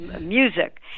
music